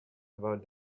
about